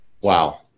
Wow